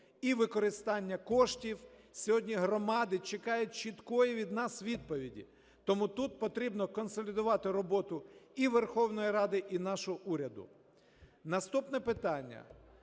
і використання коштів… Сьогодні громади чекають чіткою від нас відповіді, тому тут потрібно консолідувати роботу і Верховної Ради, і нашого уряду. Наступне питання.